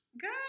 Good